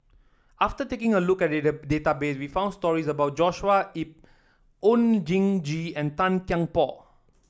after taking a look at data database we found stories about Joshua Ip Oon Jin Gee and Tan Kian Por